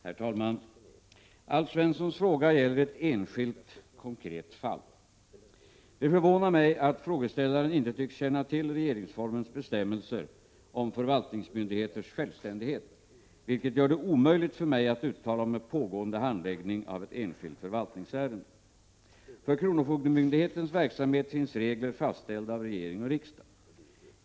Herr talman! Alf Svenssons fråga gäller ett enskilt, konkret fall. Det förvånar mig att frågeställaren inte tycks känna till regeringsformens bestämmelser om förvaltningsmyndigheters självständighet, vilken gör det omöjligt för mig att uttala mig om pågående handläggning av ett enskilt förvaltningsärende. För kronofogdemyndighetens verksamhet finns regler fastställda av regering och riksdag.